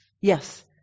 Yes